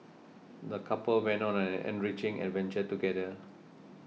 the couple went on an enriching adventure together